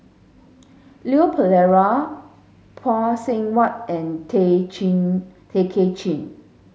Leon Perera Phay Seng Whatt and Tay Chin Tay Kay Chin